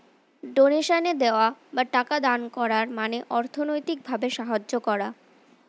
ডোনেশনে দেওয়া বা টাকা দান করার মানে অর্থনৈতিক ভাবে সাহায্য করা